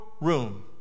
room